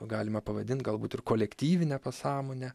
galima pavadinti galbūt ir kolektyvine pasąmone